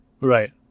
Right